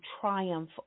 triumph